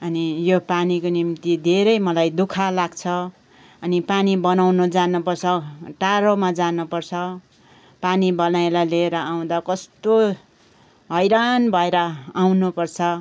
अनि यो पानीको निम्ति धेरै मलाई दु ख लाग्छ अनि पानी बनाउनु जानुपर्छ टाढोमा जानुपर्छ पानी बनाएर लिएर आउँदा कस्तो हैरान भएर आउनुपर्छ